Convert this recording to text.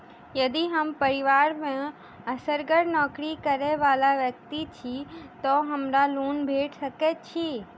यदि हम परिवार मे असगर नौकरी करै वला व्यक्ति छी तऽ हमरा लोन भेट सकैत अछि?